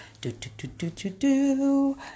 do-do-do-do-do-do